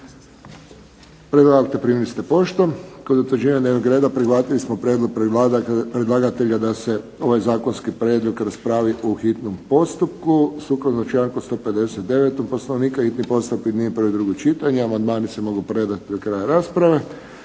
Prijedlog akta primili ste poštom. Kod utvrđivanja dnevnog reda prihvatili smo prijedlog predlagatelja da se ovaj zakonski prijedlog raspravi u hitnom postupku. Sukladno članku 159. Poslovnika hitni postupak objedinjuje prvo i drugo čitanje. Amandmani se mogu predati do kraja rasprave.